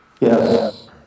Yes